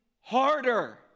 harder